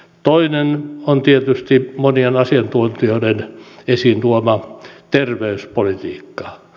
toinen on tietysti monien asiantuntijoiden esiin tuoma terveyspolitiikka